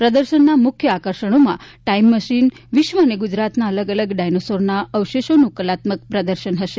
પ્રદર્શનના મુખ્ય આકર્ષણોમાં ટાઇમ મશીન વિશ્વ અને ગુજરાતના અલગ અલગ ડાયનાસૌરના અવશેષોનું કલાત્મક પ્રદર્શન હશે